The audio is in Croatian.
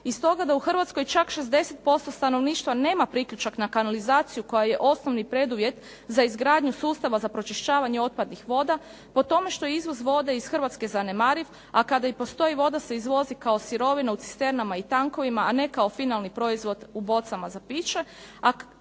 i stoga da u Hrvatskoj čak 60% stanovništva nema priključak na kanalizaciju koja je osnovni preduvjet za izgradnju sustava za pročišćavanje otpadnih voda, po tome što je izvoz vode iz Hrvatske zanemariv, a kada i postoji voda se izvozi kao sirovina u cisternama i tankovima, a ne kao finalni proizvod u bocama za piče.